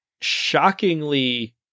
shockingly